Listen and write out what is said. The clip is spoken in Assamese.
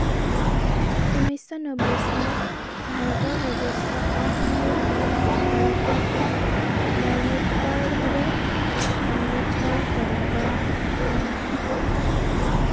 উনৈছশ নব্বৈ চনত ভাৰতৰ সৰ্বোচ্চ অসামৰিক বঁটা ভাৰত ৰত্ন মৰণোত্তৰভাৱে আম্বেদকাৰক প্ৰদান কৰা হয়